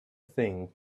thing